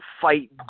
fight